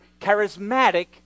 charismatic